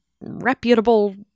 reputable